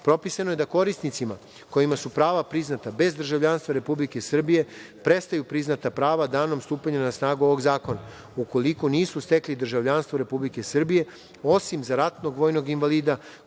propisano. Propisano je da korisnicima kojima su prava priznata bez državljanstva Republike Srbije prestaju priznata prava danom stupanja na snagu ovog zakona, ukoliko nisu stekli državljanstvo Republike Srbije, osim za ratnog vojnog invalida